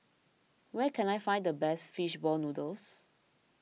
where can I find the best Fish Ball Noodles